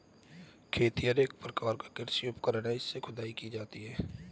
खेतिहर एक प्रकार का कृषि उपकरण है इससे खुदाई की जाती है